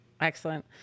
Excellent